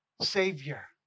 Savior